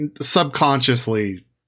subconsciously